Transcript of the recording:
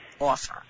offer